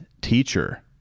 teacher